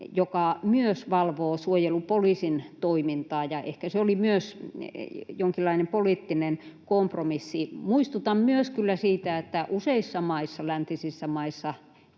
joka valvoo myös suojelupoliisin toimintaa, ja ehkä se oli myös jonkinlainen poliittinen kompromissi. Muistutan kyllä myös siitä, että useissa maissa, läntisissä maissa,